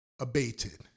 abated